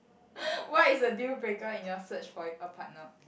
what is the dealbreaker in your search for a partner